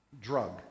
drug